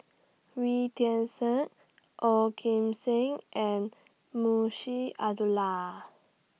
Wee Tian Siak Ong Kim Seng and Munshi Abdullah